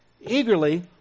eagerly